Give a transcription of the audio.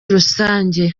rusange